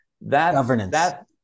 that-